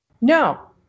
no